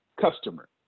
customer